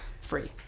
free